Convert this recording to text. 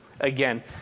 again